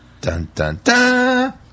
dun-dun-dun